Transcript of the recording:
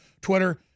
Twitter